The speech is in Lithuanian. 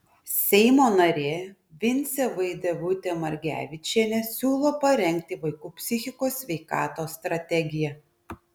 seimo narė vincė vaidevutė margevičienė siūlo parengti vaikų psichikos sveikatos strategiją